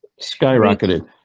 Skyrocketed